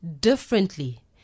differently